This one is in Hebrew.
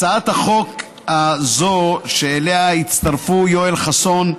הצעת החוק הזאת, שאליה הצטרפו יואל חסון,